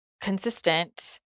consistent